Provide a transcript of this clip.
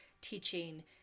teaching